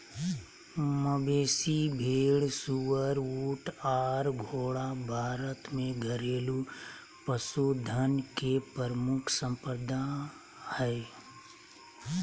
मवेशी, भेड़, सुअर, ऊँट आर घोड़ा भारत में घरेलू पशुधन के प्रमुख संपदा हय